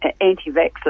anti-vaxxers